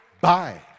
Bye